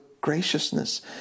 graciousness